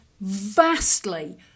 vastly